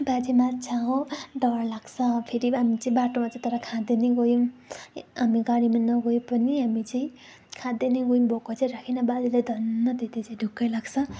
बाजे मात्छ हो डर लाग्छ हो फेरि बाङ्चे बाटोमा चाहिँ तर खाँदैनै गयौँ हामी गाडीमा नगए पनि हामी चाहिँ खाँदै चाहिँ गयौँ भोको चाहिँ राखेन बाजेले धन्न त्यति चाहिँ ढुक्कै लाग्छ